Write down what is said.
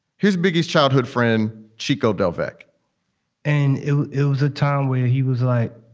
his biggest childhood friend, chico del veck and it it was a town where he was like,